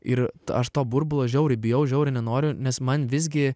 ir aš to burbulo žiauriai bijau žiauriai nenoriu nes man visgi